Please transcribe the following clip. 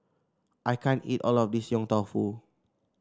I can't eat all of this Yong Tau Foo